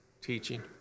teaching